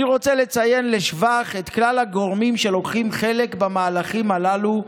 אני רוצה לציין לשבח את כלל הגורמים שלוקחים חלק במהלכים הללו,